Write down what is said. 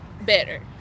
better